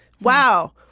Wow